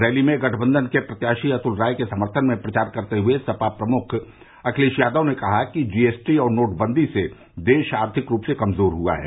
rally में गठबंघन के प्रत्याशी अतुल राय के समर्थन में प्रचार करते हुए सपा प्रमुख अखिलेश यादव ने कहा कि जीएसटी और नोटबंदी से देश आर्थिक रूप से कमजोर हुआ है